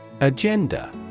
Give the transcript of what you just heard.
Agenda